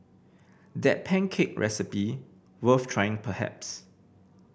that pancake recipe worth trying perhaps